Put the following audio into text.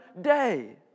day